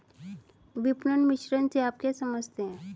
विपणन मिश्रण से आप क्या समझते हैं?